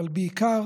אבל בעיקר